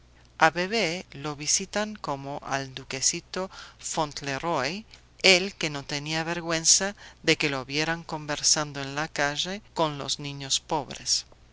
a bebé lo visten como al duquecito fauntleroy el que no tenía vergüenza de que lo vieran conversando en la calle con los niños pobres